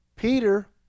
Peter